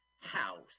house